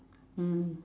mm